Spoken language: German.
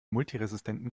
multiresistenten